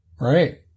Right